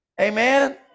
Amen